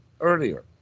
earlier